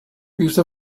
because